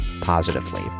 positively